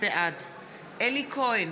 בעד אלי כהן,